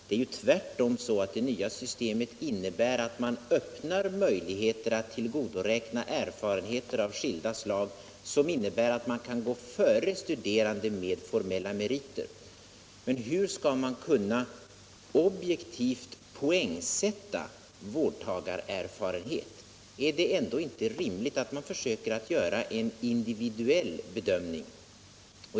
Det är tvärtom så, att det nya systemet innebär att möjligheter öppnas att tillgodoräkna sig erfarenheter av skilda slag, som innebär att man kan gå före studerande med formella meriter. Men hur skall man objektivt kunna poängsätta vårdtagarerfarenhet? Är det ändå inte rimligt att man försöker göra en individuell bedömning?